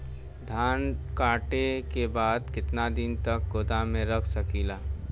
धान कांटेके बाद कितना दिन तक गोदाम में रख सकीला?